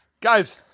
Guys